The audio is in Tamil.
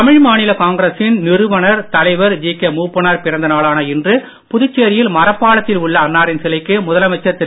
தமிழ் மாநில காங்கிரசின் நிறுவனர் தலைவர் ஜிகே மூப்பனார் பிறந்த நாளான இன்று புதுச்சேரியில் மரப்பாலத்தில் உள்ள அன்னாரின் சிலைக்கு முதலமைச்சர் திரு